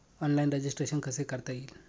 Online registration कसे करता येईल?